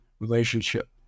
relationship